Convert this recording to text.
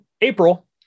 april